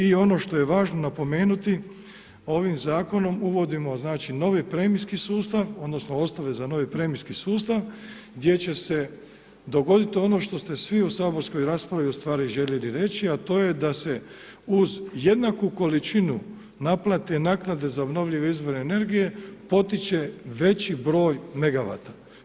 I ono što je važno napomenuti ovim zakonom uvodimo znači novi premijski sustav, odnosno ... za novi premijski sustav gdje će se dogoditi ono što ste svi u saborskoj raspravi ustvari željeli reći a to je da se uz jednaku količinu naplate i naknade za obnovljive izvore energije potiče veći broj megavata.